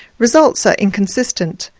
results are inconsistent,